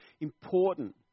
important